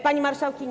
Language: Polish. Pani Marszałkini!